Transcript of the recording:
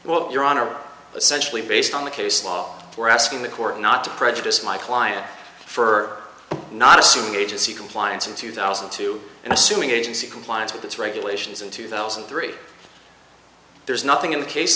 what you're on are essentially based on the case law for asking the court not to prejudice my client for not assuming agency compliance in two thousand and two and assuming agency compliance with its regulations in two thousand and three there's nothing in the case